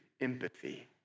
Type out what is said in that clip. empathy